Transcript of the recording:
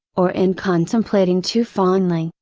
or in contemplating too fondly,